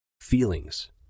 feelings